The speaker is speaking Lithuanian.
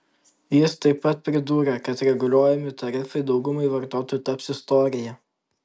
jis taip pat pridūrė kad reguliuojami tarifai daugumai vartotojų taps istorija